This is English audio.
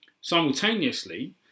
simultaneously